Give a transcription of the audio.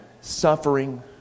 suffering